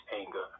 anger